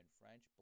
French